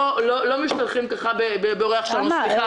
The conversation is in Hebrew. לא משתלחים ככה באורח --- למה?